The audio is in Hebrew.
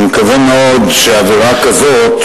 אני מקווה מאוד שאווירה כזאת